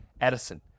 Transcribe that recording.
Edison